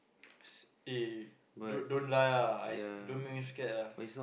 eh don't don't lie ah I don't make me scared ah